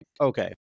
okay